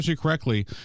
correctly